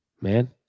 man